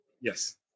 Yes